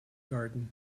garden